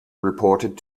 reported